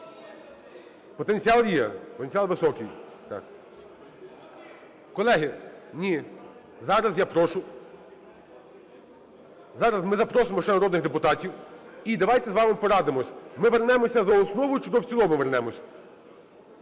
Потенціал є. Потенціал високий. Колеги… Ні! Зараз я прошу… Зараз ми запросимо ще народних депутатів, і давайте з вами порадимося: ми вернемося "за основу" чи до "в цілому" вернемося?